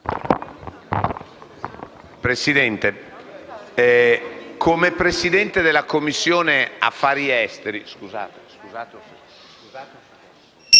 Presidente, come Presidente della Commissione affari esteri,